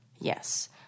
Yes